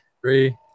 three